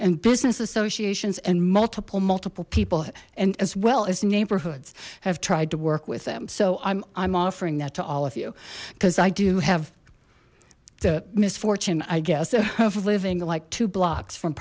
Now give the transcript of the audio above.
and business associations and multiple multiple people and as well as neighborhoods who have tried to work with them so i'm i'm offering that to all of you because i do have the misfortune i guess of living like two blocks from